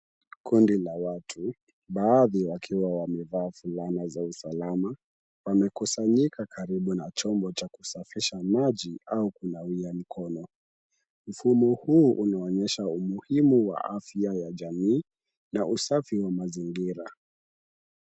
Kundi la watu, baadhi wakiwa wamevaa fulana za usalama, wamekusanyika karibu na chombo cha kusafisha maji au kunawia mikono. Mfumo huu unaonyesha umuhimu wa afya ya jamii na usafi wa mazingira.